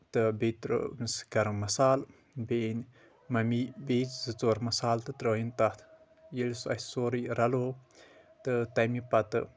تہٕ بییٚہ تروومس گرم مثال بییٚہ أنۍ ممی بییٚہِ زٕ ژور مثال تہٕ ترٲیِن تتھ ییٚلہِ سُہ اسہِ سورے رلوو تہٕ تیٚمہِ پتہٕ